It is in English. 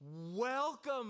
welcome